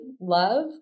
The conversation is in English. love